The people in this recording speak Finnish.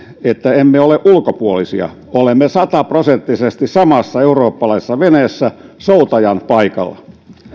että emme ole ulkopuolisia olemme sataprosenttisesti samassa eurooppalaisessa veneessä soutajan paikalla